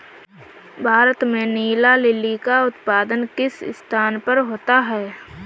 भारत में नीला लिली का उत्पादन किस स्थान पर होता है?